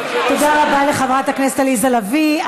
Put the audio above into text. תודה רבה לחברת הכנסת עליזה לביא.